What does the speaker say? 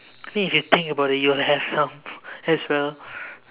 I mean if you think about it you'll have some as well